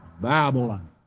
Babylon